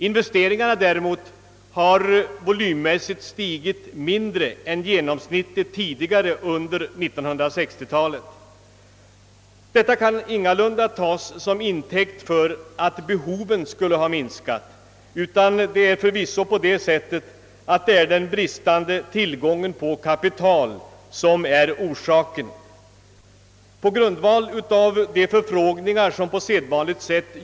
Investeringarna däremot har volymmässigt stigit mindre än genomsnittet tidigare under 1960-talet. Detta kan ingalunda tagas som intäkt för att behoven skulle ha minskat, utan det är förvisso den bristande tillgången på kapital som är orsaken. På grundval av de förfrågningar som på sedvanligt sätt.